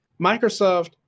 Microsoft